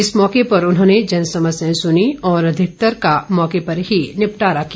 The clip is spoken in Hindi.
इस मौके पर उन्होंने जनसमस्याएं सुनीं और अधिकतर का मौके पर ही निपटारा किया